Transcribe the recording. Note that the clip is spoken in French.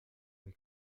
avec